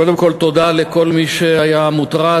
קודם כול תודה לכל מי שהיה מוטרד.